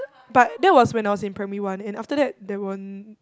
but that was when I was in primary one and after that they weren't